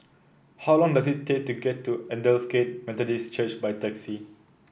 how long does it take to get to Aldersgate Methodist Church by taxi